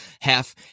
half